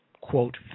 quote